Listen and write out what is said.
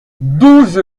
douze